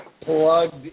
Plugged